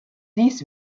dies